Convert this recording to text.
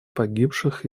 погибших